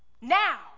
now